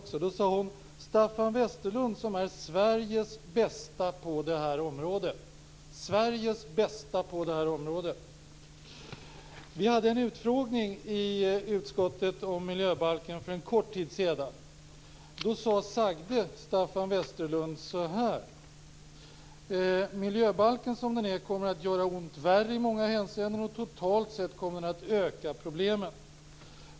Då sade hon: "Staffan Westerlund, som är Sveriges bästa på det här området." Hon sade: "Sveriges bästa på det här området." Vi hade en utfrågning om miljöbalken i utskottet för en kort tid sedan. Då sade sagde Staffan Westerlund: Miljöbalken som den är kommer att göra ont värre i många hänseenden, och totalt sett kommer den att öka problemen.